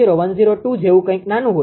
0102 જેવું કંઈક નાનું હોય છે